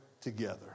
together